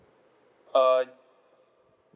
uh